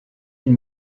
une